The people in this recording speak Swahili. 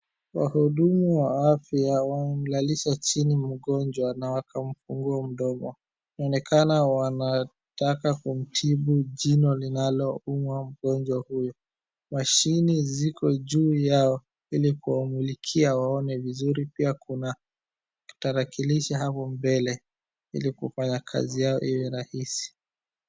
Wahudumu wa afya wamemlalisha chini mgonjwa na wakamfungua mdomo, inaonekana wanataka kumtibu jino linalouma mgonjwa huyo. Mashini ziko juu yao ili kuwamulikia waone vizuri, pia kuna tarakilishi hapo mbele ili kufanya kazi yao iwe rahisi.